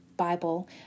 Bible